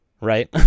right